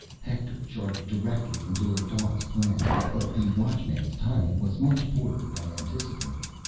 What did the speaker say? hector charged directly into odal's plan, but the watchman's timing was much poorer than anticipated.